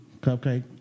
cupcake